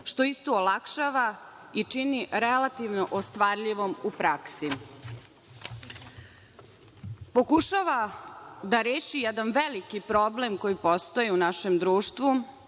što isto olakšava i čini relativno ostvarljivom u praksi. Pokušava da reši jedan veliki problem koji postoji u našem društvu